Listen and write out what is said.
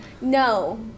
No